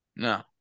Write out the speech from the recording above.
No